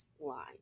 line